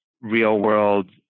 real-world